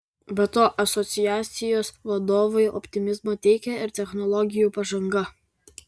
be to asociacijos vadovui optimizmo teikia ir technologijų pažanga